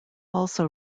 also